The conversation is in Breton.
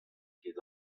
ket